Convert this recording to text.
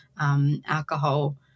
alcohol